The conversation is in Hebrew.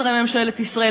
שרי ממשלת ישראל,